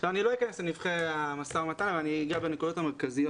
אני לא אכנס לנבכי המשא ומתן אבל אני אגע בנקודות המרכזיות.